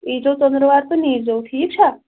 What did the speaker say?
یی زیو ژندٕروار تہٕ نیٖزیو ٹھیٖک چھا